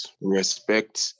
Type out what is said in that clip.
respect